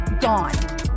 gone